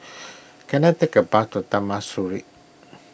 can I take a bus to Taman Sireh